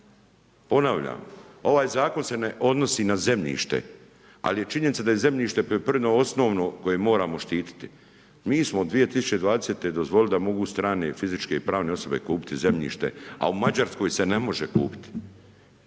Ponavljam, ovaj zakon se ne odnosi na zemljište, ali je činjenica da je zemljišta poljoprivredno, osnovno koje moramo štiti. Mi smo 2020. dozvolili da mogu strane, fizičke i pravne osobe kupiti zemljište, a u Mađarskoj se ne može kupiti.